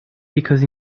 because